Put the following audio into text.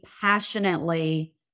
passionately